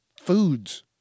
foods